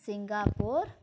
Singapore